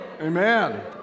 Amen